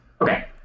Okay